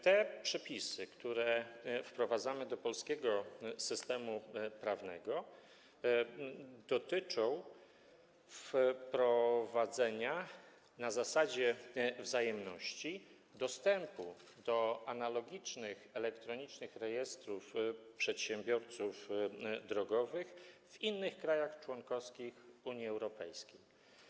Te przepisy, które wdrażamy do polskiego systemu prawnego, dotyczą wprowadzenia na zasadzie wzajemności dostępu do analogicznych elektronicznych rejestrów przedsiębiorców drogowych w innych krajach członkowskich Unii Europejskiej.